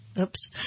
Oops